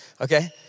okay